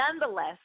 Nonetheless